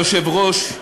אדוני היושב-ראש,